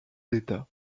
d’état